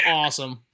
awesome